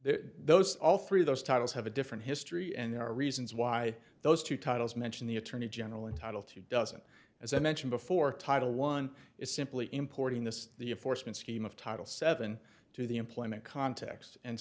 those all three of those titles have a different history and there are reasons why those two titles mention the attorney general in title two dozen as i mentioned before title one is simply importing this the a force in scheme of title seven to the employment context and